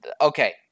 Okay